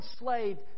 enslaved